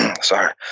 sorry